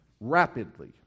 Rapidly